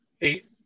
eight